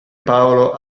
paolo